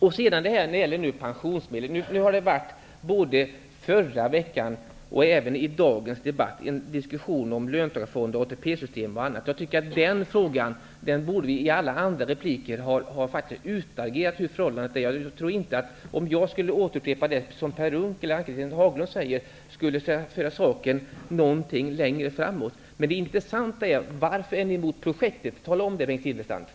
När det gäller pensionsmedel har det både i förra veckans och i dagens debatt varit en diskussion om löntagarfonder och ATP-system och annat. Den frågan borde vi i alla andra repliker redan ha utagerat. Jag tror inte att det skulle föra saken framåt om jag skulle upprepa det som Per Unckel och Ann-Cathrine Haglund sade. Det intressanta är varför ni är emot projektet. Tala om det, Bengt